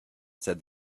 said